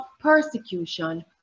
persecution